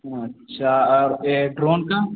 अच्छा और ए ड्रोन का